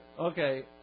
okay